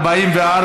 44,